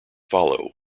follow